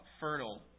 fertile